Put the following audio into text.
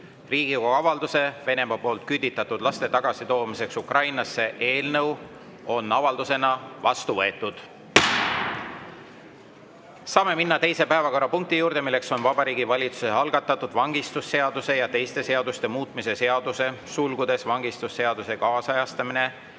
Riigikogu avalduse "Venemaa poolt küüditatud laste tagasitoomiseks Ukrainasse" eelnõu on avaldusena vastu võetud. Saame minna teise päevakorrapunkti juurde. Vabariigi Valitsuse algatatud vangistusseaduse ja teiste seaduste muutmise seaduse (vangistusseaduse kaasajastamine